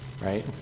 Right